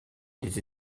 les